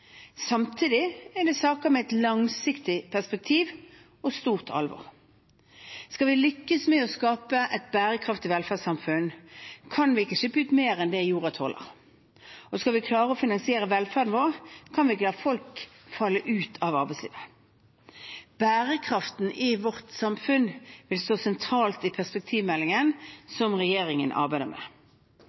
Samtidig er det saker med et langsiktig perspektiv og et stort alvor. Skal vi lykkes med å skape et bærekraftig velferdssamfunn, kan vi ikke slippe ut mer enn jorden tåler. Og skal vi klare å finansiere velferden vår, kan vi ikke la folk falle ut av arbeidslivet. Bærekraften i vårt samfunn vil stå sentralt i perspektivmeldingen som regjeringen arbeider med.